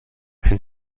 wenn